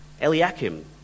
Eliakim